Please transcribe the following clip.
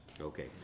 Okay